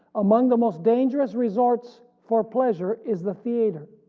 among the most dangerous resorts for pleasure is the theater.